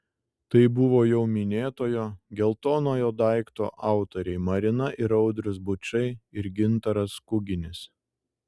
tai buvo jau minėtojo geltonojo daikto autoriai marina ir audrius bučai ir gintaras kuginis